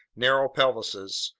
narrow pelvises,